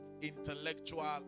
intellectual